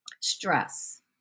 Stress